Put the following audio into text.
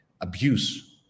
abuse